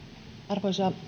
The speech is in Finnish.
arvoisa